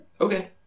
Okay